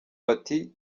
bati